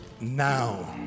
now